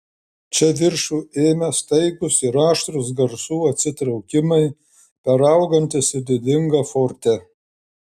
čia viršų ėmė staigūs ir aštrūs garsų atsitraukimai peraugantys į didingą forte